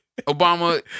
Obama